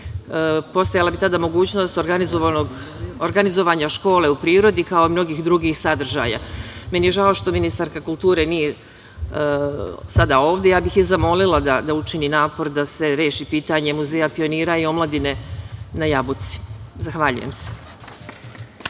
postojala mogućnost organizovanja škole u prirodi, kao i mnogih drugih sadržaja. Meni je žao što ministarka kulture nije sada ovde i zamolila bih je da učini napor da se reši pitanje Muzeja pionira i omladine na Jabuci. Zahvaljujem se.